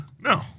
No